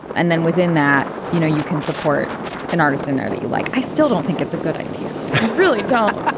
and then within that you know you can support an artist in that you like. i still don't think it's a good idea i really don't.